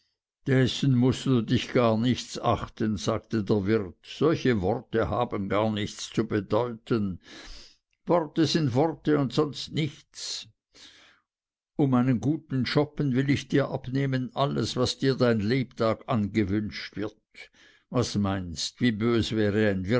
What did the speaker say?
dessen mußt du dich gar nichts achten sagte der wirt solche worte haben gar nichts zu bedeuten worte sind worte und sonst nichts um einen guten schoppen will ich dir abnehmen alles was dir dein lebtag angewünscht wird was meinst wie bös wäre